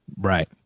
right